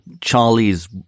Charlie's